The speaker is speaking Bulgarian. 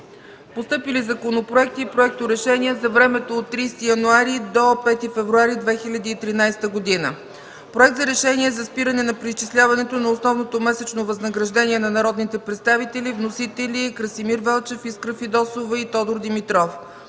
Постъпили законопроекти и проекторешения за времето от 30 януари до 5 февруари 2013 г.: Проект за решение за спиране на преизчисляването на основното месечно възнаграждение на народните представители. Вносители – народните представители Красимир Велчев, Искра Фидосова и Тодор Димитров.